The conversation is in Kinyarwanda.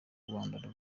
rwanda